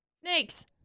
Snakes